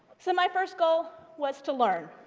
so my first goal was to learn